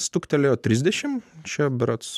stuktelėjo trisdešimt čia berods